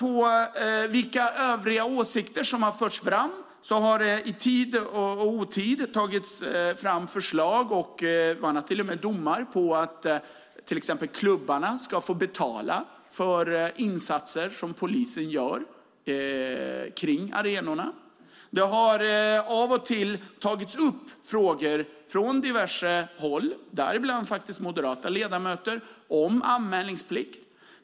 Vilka övriga åsikter har det förts fram? Det har i tid och otid tagits fram förslag, man har till och med domar på det, att till exempel klubbarna ska få betala för insatser som polisen gör kring arenorna. Det har av och till tagits upp frågor från diverse håll, däribland moderata ledamöter, om anmälningsplikt.